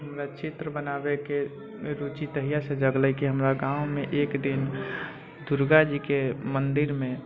हमरा चित्र बनाबैके रुचि तहियासँ जगलै कि हमरा गाँवमे एक दिन दुर्गाजीके मन्दिरमे